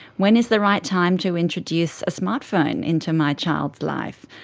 when is the right time to introduce a smart phone into my child's life?